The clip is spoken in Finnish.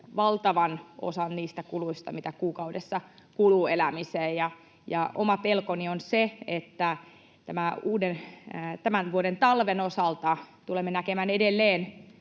valtavan osan niistä kuluista, mitä kuukaudessa kuluu elämiseen. Oma pelkoni on se, että tämän vuoden talven osalta tulemme näkemään edelleen